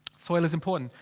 soil is important.